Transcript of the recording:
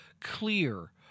clear